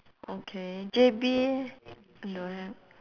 okay J_B don't have